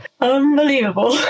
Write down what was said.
unbelievable